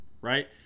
right